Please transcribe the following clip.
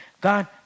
God